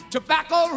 Tobacco